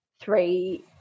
three